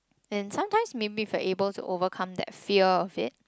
and sometimes maybe if we're able to overcome that fear of it